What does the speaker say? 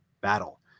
battle